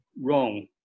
wrong